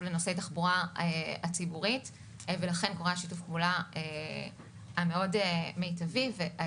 לנושא התחבורה הציבורית ולכן שיתוף הפעולה המיטבי הזה קורה.